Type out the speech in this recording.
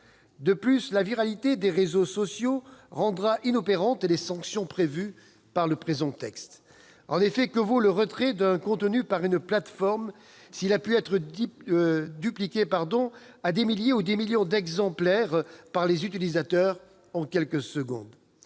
De plus, la viralité des réseaux sociaux rendra inopérantes les sanctions prévues par le texte. En effet, que vaut le retrait d'un contenu par une plateforme s'il a pu être dupliqué à des milliers ou des millions d'exemplaires par les utilisateurs en quelques secondes ?